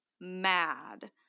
mad